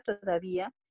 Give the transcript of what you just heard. todavía